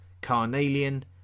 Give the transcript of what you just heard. carnelian